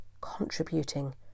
contributing